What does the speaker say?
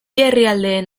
herrialdeen